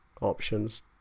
options